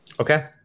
Okay